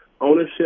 ownership